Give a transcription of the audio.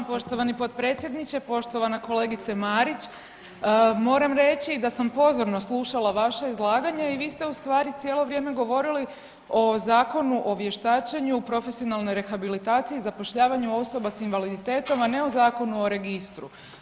Hvala vam poštovani potpredsjedniče, poštovana kolegice Marić, moram reći da sam pozorno slušala vaše izlaganje i vi ste ustvari cijelo vrijeme govorili o Zakonu o vještačenju, profesionalnoj rehabilitaciji, zapošljavanju osoba s invaliditetom, a ne o Zakonu o Registru.